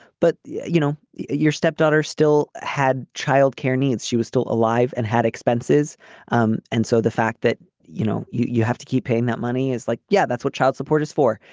but you you know your stepdaughter still had child care needs she was still alive and had expenses um and so the fact that you know you you have to keep paying that money is like yeah that's what child support is for.